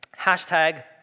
Hashtag